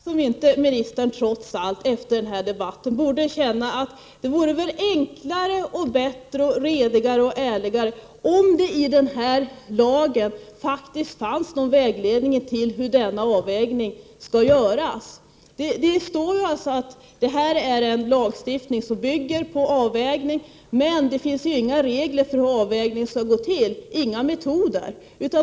Herr talman! Jag undrar om inte ministern trots allt efter denna debatt borde känna att det vore enklare, bättre, redigare och ärligare om det i denna lag faktiskt fanns någon vägledning till hur denna avvägning skall göras. Det står att detta är en lagstiftning som bygger på avvägning, men det finns inga regler, inga metoder, för hur avvägningen skall gå till.